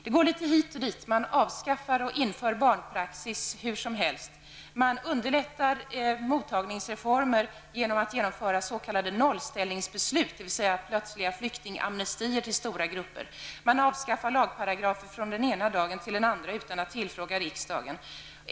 Det går litet hit och dit: Man avskaffar och inför barnpraxis hur som helst, man underlättar mottagningsreformer genom att genomföra s.k. nollställningsbeslut, dvs. plötsliga flyktingamnestier till stora grupper, man avskaffar lagparagrafer från den ena dagen till den andra utan att tillfråga riksdagen.